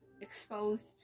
exposed